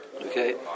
Okay